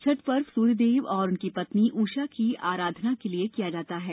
छठ पर्व सूर्य देव और उनकी पत्नी उषा की अराधना के लिए किया जाता है